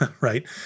right